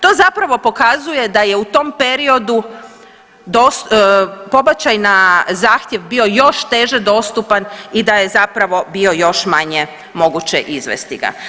To zapravo pokazuje da je u tom periodu pobačaj na zahtjev bio još teže dostupan i da je zapravo bio još manje moguće izvesti ga.